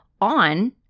on